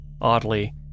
Oddly